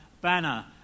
banner